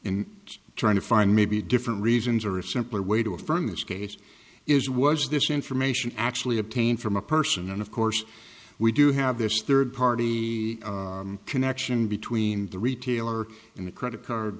in trying to find maybe different reasons or a simpler way to affirm this case is was this information actually obtained from a person and of course we do have this third party connection between the retailer in the credit card